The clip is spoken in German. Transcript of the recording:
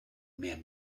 mehr